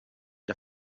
der